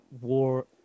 war